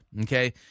Okay